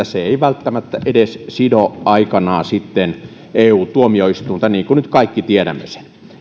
se ei välttämättä edes sido aikanaan eu tuomioistuinta niin kuin nyt kaikki tiedämme sen